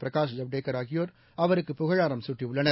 பிரகாஷ் ஜவ்டேகர் ஆகியோர் அவருக்கு புகழாரம் சூட்டியுள்ளனர்